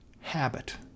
habit